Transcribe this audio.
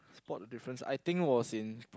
spot the difference I think was in